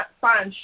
find